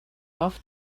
off